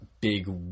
big